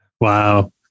Wow